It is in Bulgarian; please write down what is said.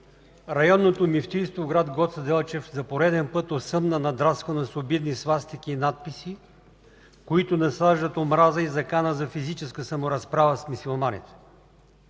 Районното мюфтийство в град Гоце Делчев за пореден път осъмна надраскано с обидни свастики и надписи, които насаждат омраза и закана за физическа саморазправа с мюсюлманите.